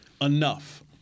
enough